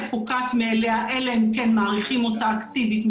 פוקעת מאליה אלא אם כן מאריכים אותה אקטיבית,